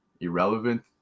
irrelevant